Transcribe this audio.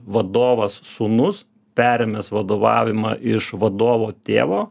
vadovas sūnus perėmęs vadovavimą iš vadovo tėvo